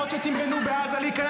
שלא יפנה אליי.